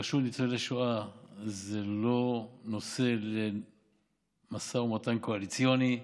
הרשות לניצולי שואה זה לא נושא למשא ומתן קואליציוני.